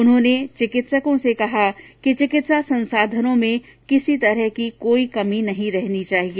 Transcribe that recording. उन्होंने चिकित्सकों से कहा कि चिकित्सा संसाधनों में किसी प्रकार की कोई कमी नहीं रहनी चाहिए